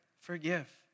forgive